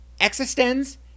Existence